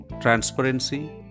transparency